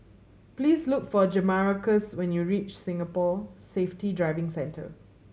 please look for Jamarcus when you reach Singapore Safety Driving Centre